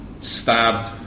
Stabbed